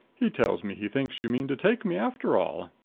he tells me he thinks you mean to take me, after all.